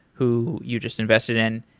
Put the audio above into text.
who you just invested in,